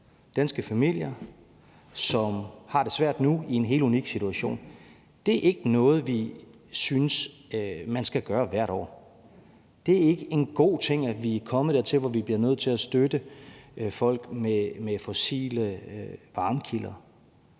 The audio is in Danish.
danske familier, som har det svært nu i en helt unik situation. Det er ikke noget, vi synes man skal gøre hvert år. Det er ikke en god ting, at vi er kommet dertil, at vi bliver nødt til at støtte folk med fossile varmekilder,